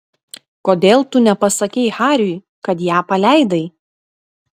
kodėl tu nepasakei hariui kad ją paleidai